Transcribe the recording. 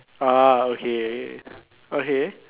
ah okay okay okay